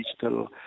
digital